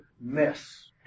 mess